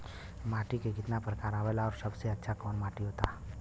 माटी के कितना प्रकार आवेला और सबसे अच्छा कवन माटी होता?